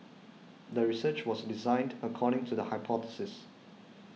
the research was designed according to the hypothesis